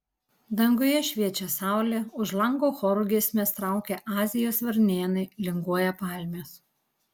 danguje šviečia saulė už lango choru giesmes traukia azijos varnėnai linguoja palmės